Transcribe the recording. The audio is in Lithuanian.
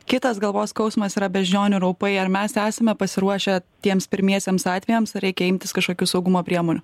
kitas galvos skausmas yra beždžionių raupai ar mes esame pasiruošę tiems pirmiesiems atvejams ar reikia imtis kažkokių saugumo priemonių